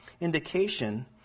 indication